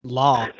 law